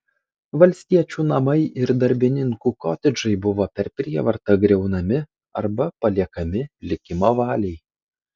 valstiečių namai ir darbininkų kotedžai buvo per prievartą griaunami arba paliekami likimo valiai